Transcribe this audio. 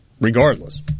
regardless